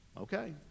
Okay